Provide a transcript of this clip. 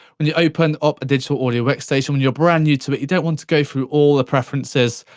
when you open up a digital audio workstation, when you're brand new to it, you don't want to go through all the preferences,